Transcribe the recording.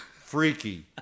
freaky